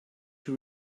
you